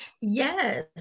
Yes